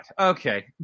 Okay